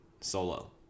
solo